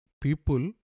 people